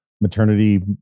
maternity